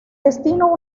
destino